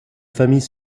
famille